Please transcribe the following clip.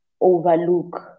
overlook